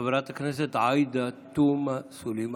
חברת הכנסת עאידה תומא סלימאן.